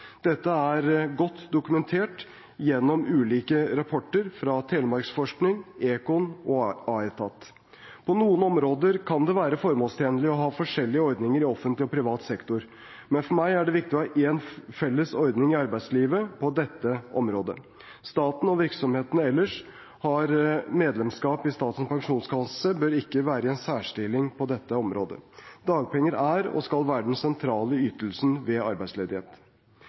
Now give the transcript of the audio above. Dette er godt dokumentert gjennom ulike rapporter fra Telemarksforsking, Econ og Aetat. På noen områder kan det nok være formålstjenlig å ha forskjellige ordninger i offentlig og privat sektor, men for meg er det viktig å ha en felles ordning i arbeidslivet på dette området. Staten og virksomhetene ellers som har medlemskap i Statens pensjonskasse, bør ikke være i en særstilling på dette området. Dagpenger er, og skal være, den sentrale ytelse ved arbeidsledighet.